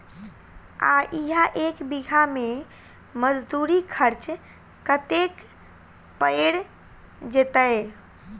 आ इहा एक बीघा मे मजदूरी खर्च कतेक पएर जेतय?